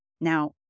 Now